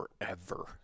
forever